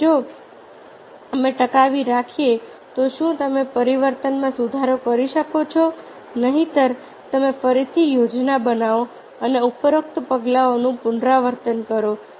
અને જો અમે ટકાવી રાખીએ તો શું તમે પરિવર્તનમાં સુધારો કરી શકો છો નહિંતર તમે ફરીથી યોજના બનાવો અને ઉપરોક્ત પગલાંઓનું પુનરાવર્તન કરો